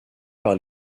par